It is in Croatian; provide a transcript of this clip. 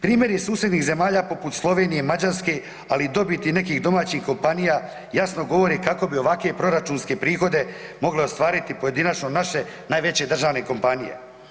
Primjeri susjednih zemalja poput Slovenije, Mađarske ali i dobiti nekih domaćih kompanija, jasno govore i kako bi ovakve proračunske prihode moglo ostvariti pojedinačne naše najveće državne kompanije.